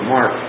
Mark